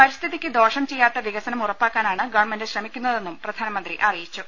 പരിസ്ഥിതിക്ക് ദോഷം ചെയ്യാത്ത വികസനം ഉറപ്പാക്കാനാണ് ഗവൺമെന്റ് ശ്രമിക്കുന്നതെന്നും പ്രധാനമന്ത്രി അറിയിച്ചു